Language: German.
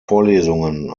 vorlesungen